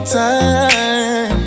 time